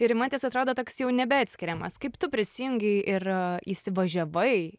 ir rimatės atrodo toks jau nebeatskiriamas kaip tu prisijungei ir įsivažiavai